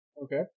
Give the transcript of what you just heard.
Okay